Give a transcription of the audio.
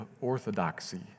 orthodoxy